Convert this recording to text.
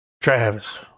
Travis